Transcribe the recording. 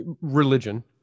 religion